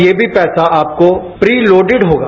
ये भी पैसा आपको प्री लोडिड होगा